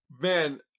Man